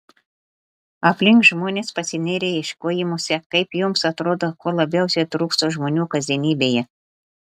aplink žmonės pasinėrę ieškojimuose kaip jums atrodo ko labiausiai trūksta žmonių kasdienybėje